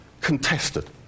contested